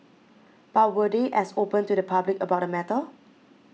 but were they as open to the public about the matter